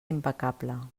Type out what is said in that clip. impecable